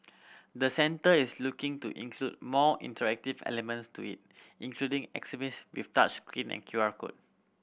the centre is looking to include more interactive elements to it including exhibits with touch screen and Q R code